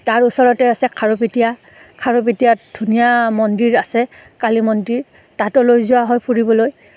তাৰ ওচৰতে আছে খাৰুপেটিয়া খাৰুপেটিয়াত ধুনীয়া মন্দিৰ আছে কালী মন্দিৰ তাতো লৈ যোৱা হয় ফুৰিবলৈ